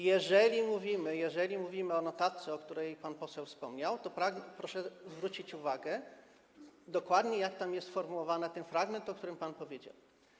Jeżeli mówimy o notatce, o której pan poseł wspomniał, to proszę zwrócić uwagę, dokładnie, jak tam jest sformułowany ten fragment, o którym pan powiedział.